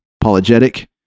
apologetic